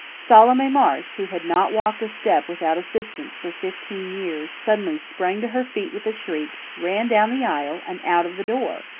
salome marsh, who had not walked a step without assistance for fifteen years, suddenly sprang to her feet with a shriek, ran down the aisle, and out of the door!